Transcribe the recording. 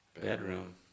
Bedroom